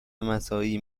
مساعی